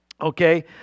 okay